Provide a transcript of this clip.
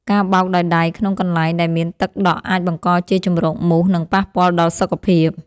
ការបោកដោយដៃក្នុងកន្លែងដែលមានទឹកដក់អាចបង្កជាជម្រកមូស និងប៉ះពាល់ដល់សុខភាព។